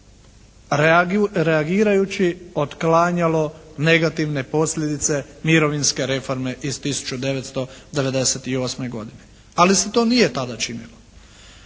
reagirajući otklanjalo negativne posljedice mirovinske reforme iz 1998. godine. Ali se to nije tada činilo.